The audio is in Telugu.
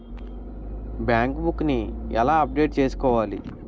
బ్యాంక్ బుక్ నీ ఎలా అప్డేట్ చేసుకోవాలి?